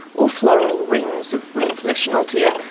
or floral rings of wreath leschnaultia,